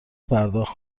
پرداخت